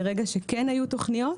ברגע שכן היו תוכניות,